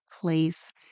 place